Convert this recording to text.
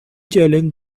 challenge